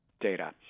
data